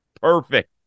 Perfect